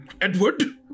Edward